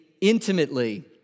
intimately